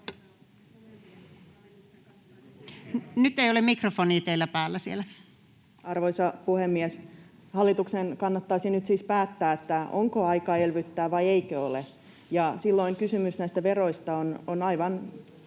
puheenvuoron mikrofonin ollessa suljettuna] Arvoisa puhemies! Hallituksen kannattaisi nyt siis päättää, onko aika elvyttää vai eikö ole, ja silloin kysymys näistä veroista on ihan